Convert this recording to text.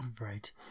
Right